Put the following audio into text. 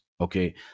Okay